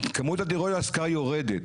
כמות הדירות להשכרה יורדת,